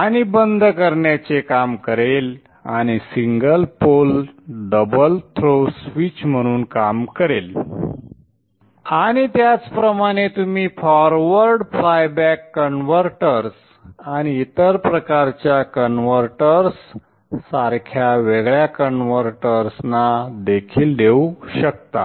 आणि बंद करण्याचे काम करेल आणि single pole double throw switch म्हणून काम करेल आणि त्याचप्रमाणे तुम्ही फॉरवर्ड फ्लायबॅक कन्व्हर्टर्स आणि इतर प्रकारच्या कन्व्हर्टर्स सारख्या वेगळ्या कन्व्हर्टर्सना देखील देऊ शकता